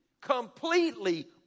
completely